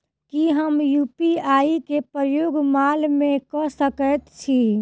की हम यु.पी.आई केँ प्रयोग माल मै कऽ सकैत छी?